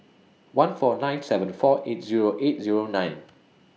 one four nine seven four eight Zero eight Zero nine